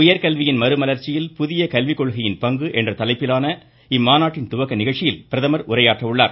உயர்கல்வியின் மறுமலர்ச்சியில் புதிய கல்விக்கொள்கையின் பங்கு என்ற தலைப்பிலான இம்மாநாட்டின் துவக்க நிகழ்ச்சியில் பிரதமர் உரையாற்ற உள்ளார்